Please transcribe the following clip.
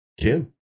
Kim